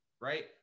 right